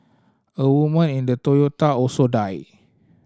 a woman in the Toyota also died